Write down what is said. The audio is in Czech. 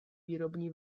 výrobní